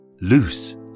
loose